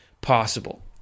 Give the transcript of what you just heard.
possible